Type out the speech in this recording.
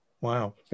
wow